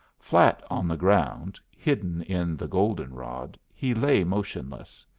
flat on the ground, hidden in the goldenrod, he lay motionless.